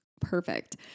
Perfect